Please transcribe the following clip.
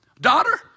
daughter